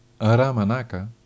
Aramanaka